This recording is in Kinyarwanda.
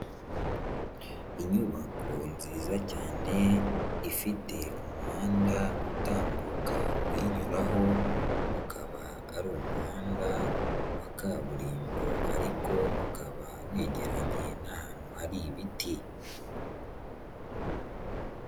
Inyubako nziza cyane ifite umuhanda utambuka uyinyuraho, ukaba ari umuhanda wa kaburimbo ariko ukaba wegeranye n'ahantu hari ibiti.